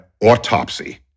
autopsy